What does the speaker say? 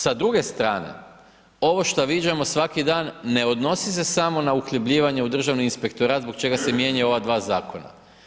Sa druge strane, ovo što viđamo svaki dan ne odnosi se samo na uhljebljivanje u Državni inspektorat zbog čega se mijenjaju i ova dva zakona.